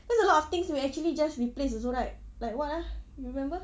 that's a lot of things we actually just replace also right like what ah you remember